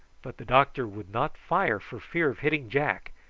but the doctor would not fire for fear of hitting jack,